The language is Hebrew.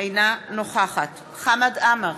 אינה נוכחת חמד עמאר,